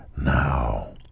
Now